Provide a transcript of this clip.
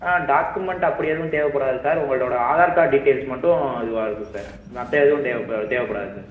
ஆ document அப்படி எதுவும் தேவைப்படாது சார் உங்களோட ஆதார் கார்ட் டீட்டெயில்ஸ் மட்டும் அதுவாக இருக்கும் சார் மற்ற எதுவும் தேவைப்ப தேவைப்படாது சார்